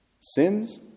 Sins